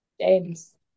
James